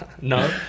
no